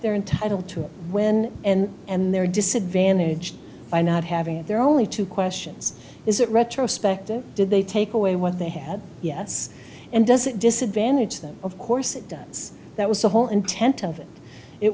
they're entitled to when and and they're disadvantaged by not having their only two questions is it retrospective did they take away what they had yes and does it disadvantage them of course it does that was the whole intent of it it